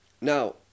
Now